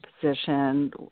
position